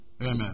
amen